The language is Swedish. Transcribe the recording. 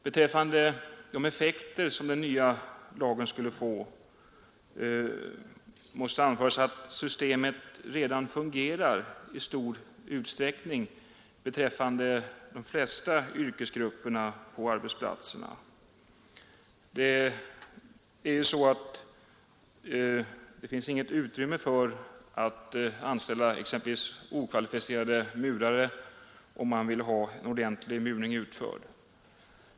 Beträffande de effekter som den nya lagen skulle få måste anföras att systemet i stor utsträckning redan fungerar för de flesta yrkesgrupper på arbetsplatserna. Det finns inget utrymme för att anställa exempelvis okvalificerade murare om man vill ha en ordentlig murning utförd.